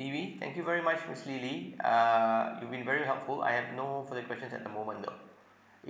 lily thank you very much miss lily uh you've been very helpful I have no further questions at the moment though